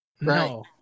No